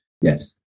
yes